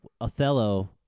Othello